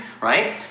right